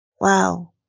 Wow